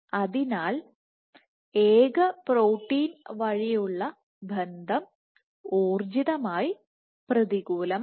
അതിനാൽ ഏക പ്രോട്ടീൻ വഴിയുള്ളബന്ധം ഊർജ്ജിതമായി പ്രതികൂലമാണ്